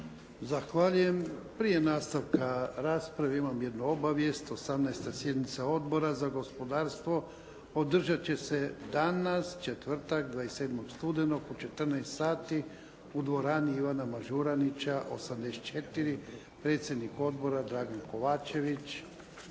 Zahvaljujem. Prije nastavka rasprave imam jednu obavijest. 18. sjednica Odbora za gospodarstvo održati će se danas četvrtak 27. studenog u 14,00 sati u dvorani "Ivana Mažuranića" 84. predsjednik odbora Dragan Kovačević.